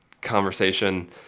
conversation